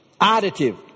additive